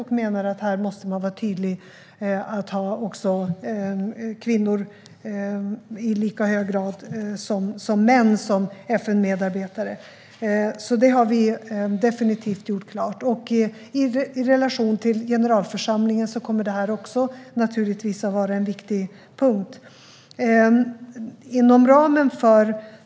Han menar att man måste vara tydlig i att ha kvinnor som FN-medarbetare i lika hög grad som man har män. Det har vi alltså definitivt gjort klart. I relation till generalförsamlingen kommer detta att vara en viktig punkt.